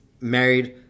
married